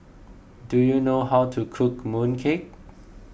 do you know how to cook mooncake